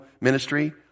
ministry